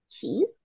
cheese